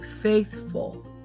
Faithful